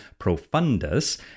profundus